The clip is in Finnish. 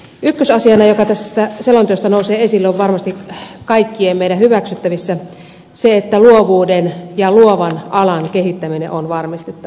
ykkösasiana joka tästä selonteosta nousee esille on varmasti kaikkien meidän hyväksyttävissä se että luovuuden ja luovan alan kehittäminen on varmistettava